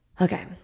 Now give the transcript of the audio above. Okay